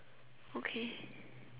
okay